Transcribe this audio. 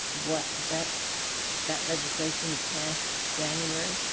what effect that legislation was passed january?